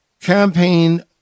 campaign